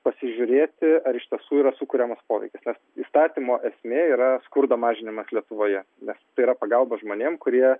pasižiūrėti ar iš tiesų yra sukuriamas poveikis nes įstatymo esmė yra skurdo mažinimas lietuvoje nes tai yra pagalba žmonėm kurie